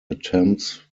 attempts